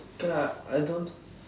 okay lah I don't